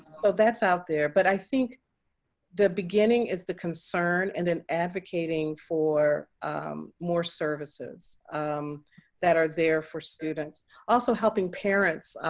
so that's out there. but i think the beginning is the concern and then advocating for more services that are there for more students. also helping parents.